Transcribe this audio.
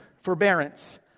forbearance